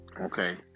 Okay